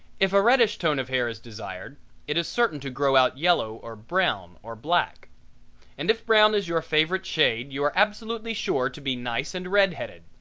if a reddish tone of hair is desired it is certain to grow out yellow or brown or black and if brown is your favorite shade you are absolutely sure to be nice and red-headed,